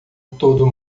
todo